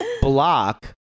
block